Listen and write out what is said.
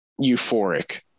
euphoric